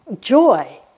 Joy